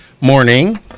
morning